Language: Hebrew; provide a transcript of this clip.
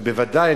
ובוודאי,